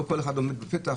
לא כל אחד עומד בפתח.